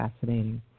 fascinating